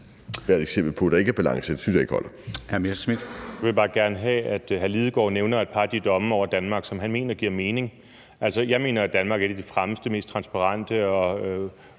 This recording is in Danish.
Hr. Morten Messerschmidt. Kl. 11:44 Morten Messerschmidt (DF): Jeg vil bare gerne have, at hr. Martin Lidegaard nævner et par af de domme over Danmark, som han mener giver mening. Altså, jeg mener, at Danmark er et af de fremmeste, mest transparente og